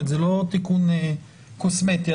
זה לא תיקון קוסמטי.